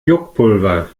juckpulver